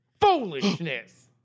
Foolishness